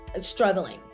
struggling